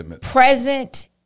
present